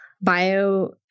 bio